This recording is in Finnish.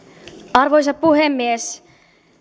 arvoisa puhemies